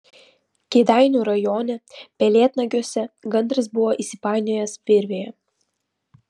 kėdainių rajone pelėdnagiuose gandras buvo įsipainiojęs virvėje